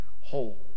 whole